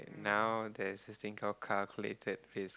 now there's this thing called calculated risk